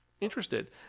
interested